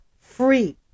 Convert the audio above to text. free